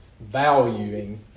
valuing